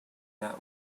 that